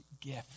gift